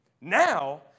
Now